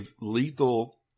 lethal